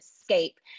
escape